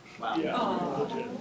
Wow